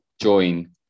join